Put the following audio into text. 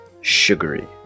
sugary